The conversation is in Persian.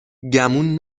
گمون